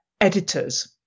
editors